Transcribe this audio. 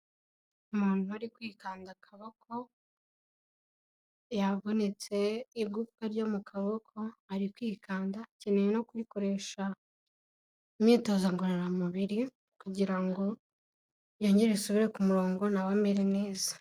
Umuntu uri kwikanda akaboko, yavunitse igufwa ryo mu kaboko ari kwikanda akeneye no kurikoresha imyitozo ngororamubir,i kugira ngo yongere risubire ku murongo nawe amere neza.